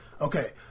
okay